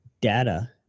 data